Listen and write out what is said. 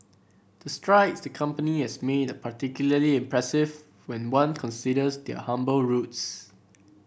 the strides the company has made are particularly impressive when one considers their humble roots